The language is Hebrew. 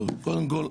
קודם כל,